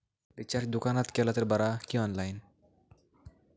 Recharge दुकानात केला तर बरा की ऑनलाइन?